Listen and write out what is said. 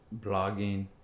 blogging